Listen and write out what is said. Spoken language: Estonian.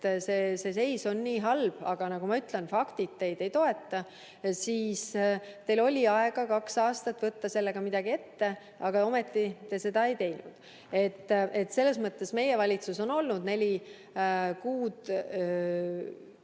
see seis on nii halb – aga nagu ma ütlesin, faktid teid ei toeta –, siis teil oli aega kaks aastat võtta sellega midagi ette, aga ometi te seda ei teinud. Meie valitsus on olnud neli kuud